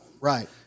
right